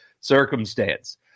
circumstance